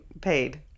paid